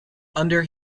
under